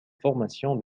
formation